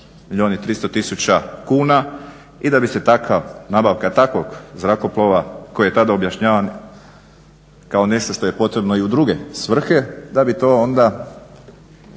milijun i 300 tisuća kuna i da bi se nabavka takvog zrakoplova koji je tada objašnjavan kao nešto što je potrebno i u druge svrhe da bi to onda